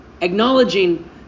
acknowledging